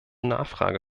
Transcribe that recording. nachfrage